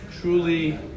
truly